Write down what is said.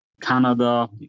Canada